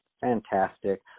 Fantastic